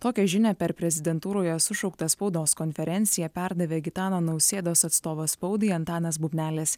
tokią žinią per prezidentūroje sušauktą spaudos konferenciją perdavė gitano nausėdos atstovas spaudai antanas bubnelis